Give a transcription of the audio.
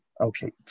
Okay